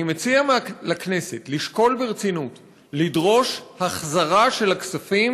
אני מציע לכנסת לשקול ברצינות לדרוש החזרה של הכספים